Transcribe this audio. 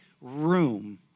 room